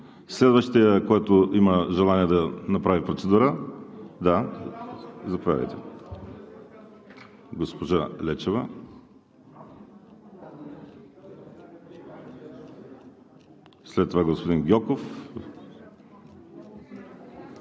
Следващият, който има желание да направи процедура? Заповядайте, госпожо Лечева, след това – господин Гьоков.